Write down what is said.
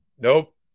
Nope